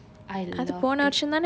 I loved it